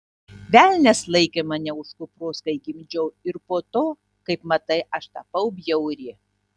velnias laikė mane už kupros kai gimdžiau ir po to kaip matai aš tapau bjauri